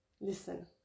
listen